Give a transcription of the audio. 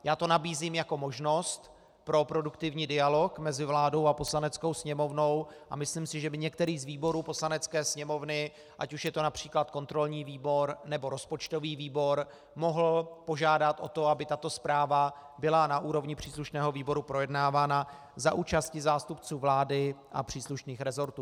Já to nabízím jako možnost pro produktivní dialog mezi vládou a Poslaneckou sněmovnou a myslím si, že by některý z výborů Poslanecké sněmovny, ať už je to například kontrolní výbor, nebo rozpočtový výbor, mohl požádat o to, aby tato zpráva byla na úrovni příslušného výboru projednávána za účasti zástupců vlády a příslušných resortů.